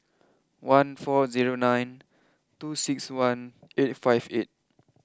one four zero nine two six one eight five eight